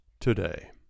today